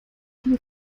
die